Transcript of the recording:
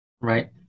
right